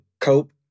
cope